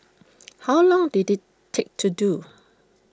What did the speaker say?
how long did IT take to do